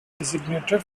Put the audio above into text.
designated